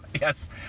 Yes